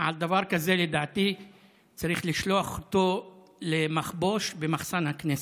על דבר כזה לדעתי צריך לשלוח אותו למחבוש במחסן הכנסת.